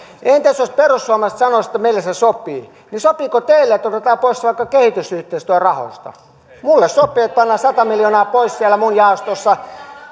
entäs jos perussuomalaiset sanoisivat että meille se sopii niin sopiiko teille että otetaan pois vaikka kehitysyhteistyörahoista minulle sopii että pannaan sata miljoonaa pois siellä minun jaostossani